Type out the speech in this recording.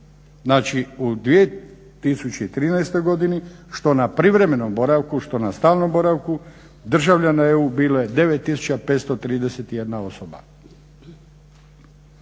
Znači, u 2013. godini, što na privremenom boravku, što na stalnom boravku državljana EU bilo je 9531 osoba.